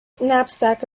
knapsack